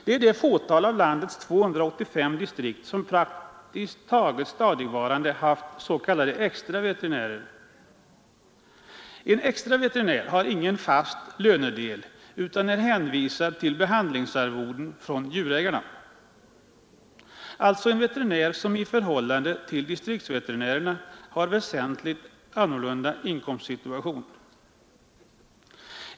Det är det fåtal av landets 285 distrikt som praktiskt taget stadigvarande haft s.k. extra veterinär. En extra veterinär har ingen fast lönedel utan är hänvisad till behandlingsarvoden från djurägarna. Det är alltså en veterinär som har en helt annat inkomstsituation än distriktsveterinärerna.